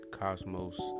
cosmos